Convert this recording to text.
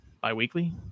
bi-weekly